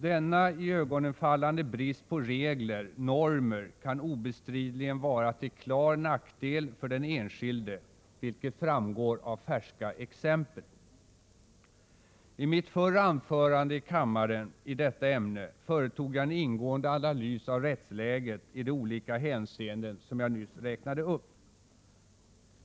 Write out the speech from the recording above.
Denna iögonenfallande brist på regler, normer, kan obestridligen vara till klar nackdel för den enskilde, vilket framgår av färska exempel. I mitt förra anförande i kammaren i detta ämne företog jag en ingående analys av rättsläget i de olika hänseenden som jag nyss räknade upp.